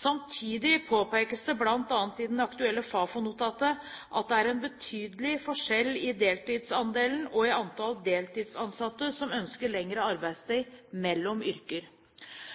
Samtidig påpekes det bl.a. i det aktuelle Fafo-notatet at det er en betydelig forskjell i deltidsandelen og i antall deltidsansatte som ønsker lengre